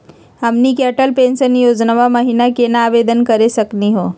हमनी के अटल पेंसन योजना महिना केना आवेदन करे सकनी हो?